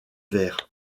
verre